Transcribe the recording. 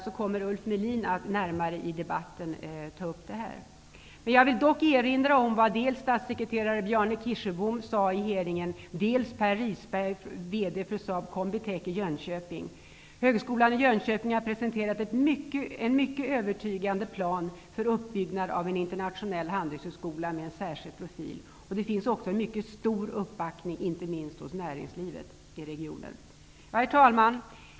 Jag vill dock erinra om vad som sades under hearingen dels av statssekreterare Bjarne Kirsebom, dels av Per Högskolan i Jönköping har presenterat en mycket övertygande plan för uppbyggnad av en internationell handelshögskola med en särskild profil. Det finns också en mycket stor uppbackning inte minst hos näringslivet i regionen. Herr talman!